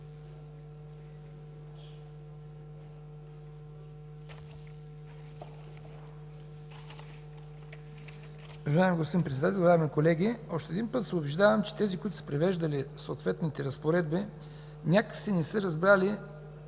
Уважаеми господин Председател, уважаеми колеги, още един път се убеждавам, че тези, които са превеждали съответните разпоредби, някак си не са разбрали